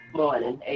morning